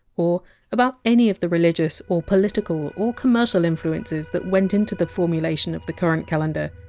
or about any of the religious or political or commercial influences that went into the formulation of the current calendar.